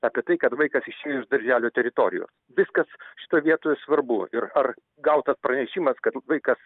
apie tai kad vaikas išėjo iš darželio teritorijo viskas šitoj vietoj svarbu ir ar gautas pranešimas kad vaikas